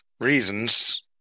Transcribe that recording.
reasons